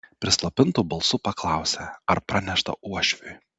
prislopintu balsu paklausė ar pranešta uošviui